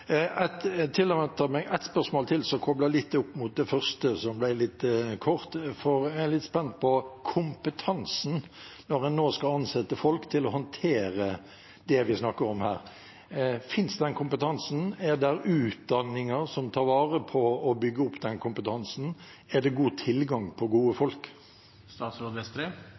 meg ett spørsmål til, som er koblet litt opp mot det første, som ble litt kort. Jeg er litt spent på kompetansen når en nå skal ansette folk til å håndtere det vi snakker om her. Finnes den kompetansen? Er det utdanninger som tar vare på og bygger opp den kompetansen? Er det god tilgang på gode folk?